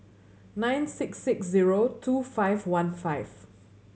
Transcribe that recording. nine six six zero two five one five